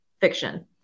fiction